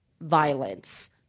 violence